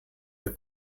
der